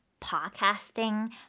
podcasting